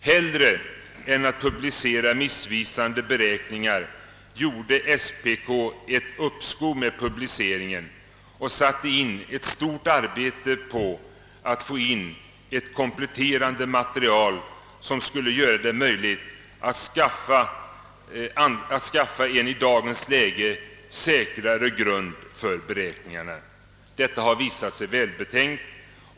Helire än att publicera missvisande beräkningar gjorde SPK ett uppskov med publiceringen och började lägga ned ett stort arbete på att få fram kompletterande material, som skulle göra det möjligt att skaffa en i dagens läge säkrare grund för beräkningarna. Detta har visat sig vara välbetänkt.